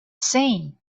saying